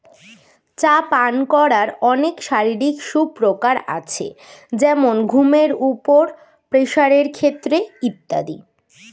চা পান করার অনেক শারীরিক সুপ্রকার আছে যেমন ঘুমের উপর, প্রেসারের ক্ষেত্রে ইত্যাদি